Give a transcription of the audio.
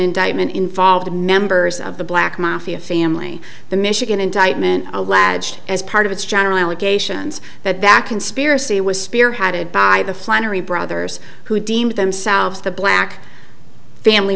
indictment involved members of the black mafia family the michigan indictment alleged as part of its general allegations that that conspiracy was spearheaded by the flannery brothers who deemed themselves the black family